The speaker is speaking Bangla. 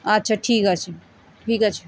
আচ্ছা ঠিক আছে ঠিক আছে